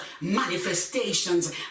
manifestations